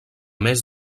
més